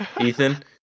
Ethan